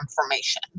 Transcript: information